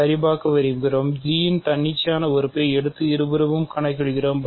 G இன் தன்னிச்சையான உறுப்பை எடுத்து இருபுறமும் கணக்கிடுவோம்